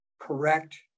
correct